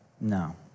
No